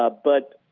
ah but,